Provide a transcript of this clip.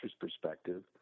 perspective